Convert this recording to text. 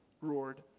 roared